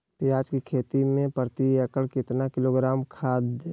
प्याज की खेती में प्रति एकड़ कितना किलोग्राम खाद दे?